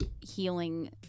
healing